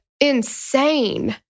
insane